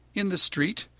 in the street,